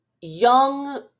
young